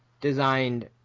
designed